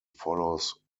follows